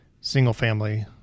single-family